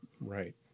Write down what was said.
Right